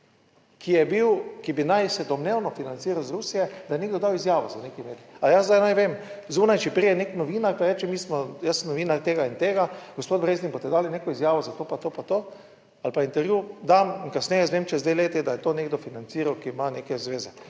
ki bi naj se domnevno financiral iz Rusije, da je nekdo dal izjavo za nek medij. Ali jaz zdaj naj vem, zunaj, če pride nek novinar pa reče: "Jaz sem novinar tega in tega, gospod Breznik, boste dali neko izjavo za to, pa to, pa to", ali pa intervju dan kasneje izvem čez dve leti, da je to nekdo financiral, ki ima neke zveze,